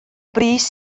brys